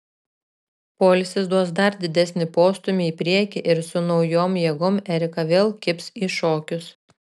poilsis duos dar didesnį postūmį į priekį ir su naujom jėgom erika vėl kibs į šokius